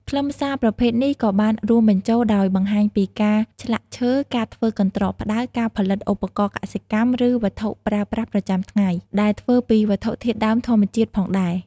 ខ្លឹមសារប្រភេទនេះក៏បានរួមបញ្ចូលដោយបង្ហាញពីការ ឆ្លាក់ឈើ ការធ្វើកន្ត្រកផ្តៅ ការផលិតឧបករណ៍កសិកម្ម ឬ វត្ថុប្រើប្រាស់ប្រចាំថ្ងៃដែលធ្វើពីវត្ថុធាតុដើមធម្មជាតិផងដែរ។